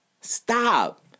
Stop